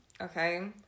okay